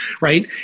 right